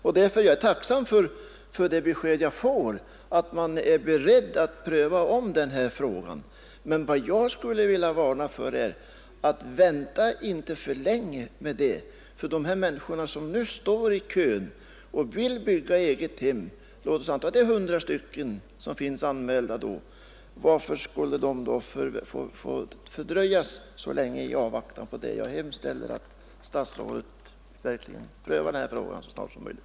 Därför är jag tacksam för beskedet att man är beredd att ompröva denna fråga. Men jag skulle vilja varna för att vänta för länge, ty de människor som nu står i kö och vill bygga eget hem — låt säga att det är 100 som är anmälda — varför skulle de få vänta så länge i avvaktan på tillstånd? Jag hemställer att statsrådet verkligen prövar denna fråga så snart som möjligt.